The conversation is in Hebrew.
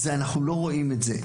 אנחנו לא רואים את זה.